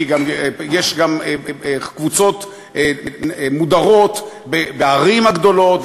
כי יש גם קבוצות מודרות בערים הגדולות,